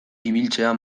ibiltzea